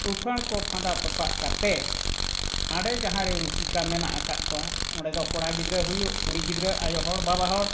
ᱩᱯᱷᱟᱹᱲ ᱠᱚ ᱯᱷᱟᱸᱫᱟ ᱛᱚᱯᱟᱜ ᱠᱟᱛᱮᱫ ᱦᱟᱸᱰᱮ ᱡᱟᱦᱟᱸ ᱨᱮ ᱨᱩᱥᱤᱠᱟ ᱢᱮᱱᱟᱜ ᱟᱠᱟᱫ ᱠᱚᱣᱟ ᱚᱸᱰᱮ ᱫᱚ ᱠᱚᱲᱟ ᱜᱤᱫᱽᱨᱟᱹ ᱦᱩᱭᱩᱜ ᱠᱩᱲᱤ ᱜᱤᱫᱽᱨᱟᱹ ᱟᱭᱳ ᱦᱚᱲ ᱵᱟᱵᱟ ᱦᱚᱲ